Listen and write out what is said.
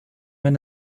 wenn